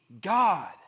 God